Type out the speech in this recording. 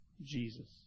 Jesus